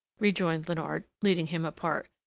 rejoined leonard, leading him apart,